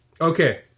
Okay